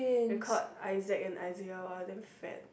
they're called Isaac and Iziel ah damn fat